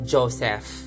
Joseph